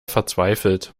verzweifelt